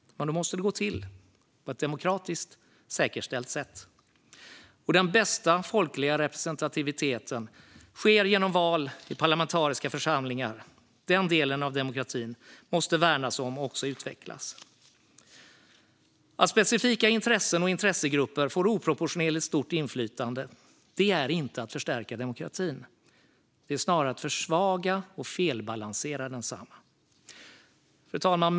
Men då måste det gå till på ett demokratiskt säkerställt sätt. Den bästa folkliga representativiteten sker genom val i parlamentariska församlingar. Den delen av demokratin måste värnas och också utvecklas. Att specifika intressen och intressegrupper ges oproportionerligt stort inflytande är inte att förstärka demokratin; det är snarare att försvaga och felbalansera densamma. Fru talman!